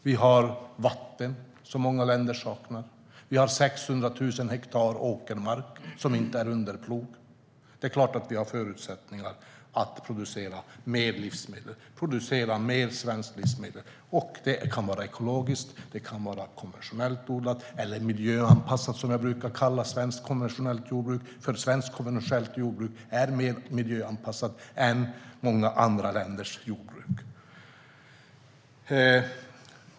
Vi har vatten som många länder saknar. Vi har 600 000 hektar åkermark som inte är under plog. Det är klart att vi har förutsättningar att producera mer svenskt livsmedel. Det kan vara ekologiskt eller konventionellt odlat - eller miljöanpassat som jag brukar kalla svenskt konventionellt jordbruk, för svenskt konventionellt jordbruk är mer miljöanpassat än många andra länders jordbruk.